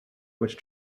which